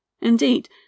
Indeed